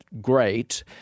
great